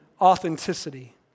authenticity